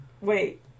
Wait